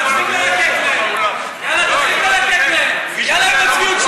תסייעו לפרויקט מבורך זה להתרחב,